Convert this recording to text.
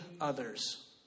others